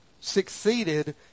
succeeded